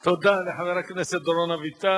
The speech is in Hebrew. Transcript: תודה לחבר הכנסת דורון אביטל.